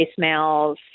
voicemails